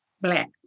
black